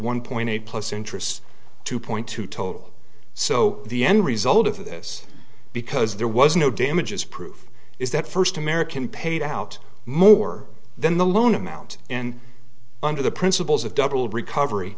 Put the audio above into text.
one point eight plus interest two point two total so the end result of this because there was no damages proof is that first american paid out more than the loan amount and under the principles of double recovery